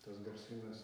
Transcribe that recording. tas garsynas